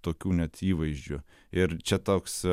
tokių net įvaizdžių ir čia toks